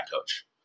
coach